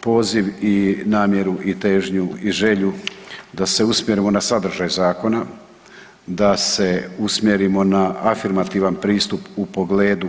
poziv i namjeru i težnju i želju da se usmjerimo na sadržaj zakona da se usmjerimo na afirmativan pristup u pogledu